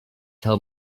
tell